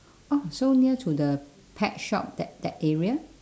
oh so near to the pet shop that that area